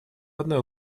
одной